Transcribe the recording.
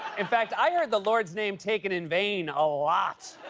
in fact, i heard the lord's name taken in vain a lot.